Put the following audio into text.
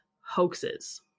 hoaxes